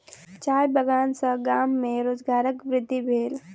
चाय बगान सॅ गाम में रोजगारक वृद्धि भेल